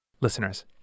Listeners